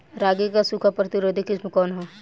रागी क सूखा प्रतिरोधी किस्म कौन ह?